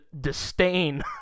disdain